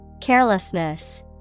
Carelessness